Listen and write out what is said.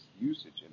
usage